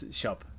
shop